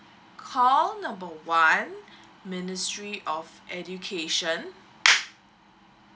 call number one ministry of education